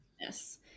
yes